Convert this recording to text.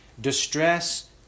distress